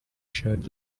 shirt